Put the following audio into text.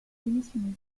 démissionner